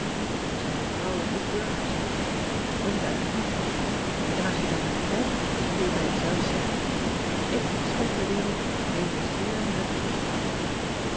ijn vrouwen ook burgers ik geloof het eigenlijk niet n als je dan naar me kijkt kun je bij jezelf zeggen ik schonk de wereld deze eer uttige rouw